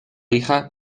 hija